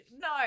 No